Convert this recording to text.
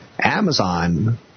Amazon